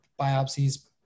biopsies